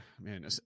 man